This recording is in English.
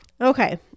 Okay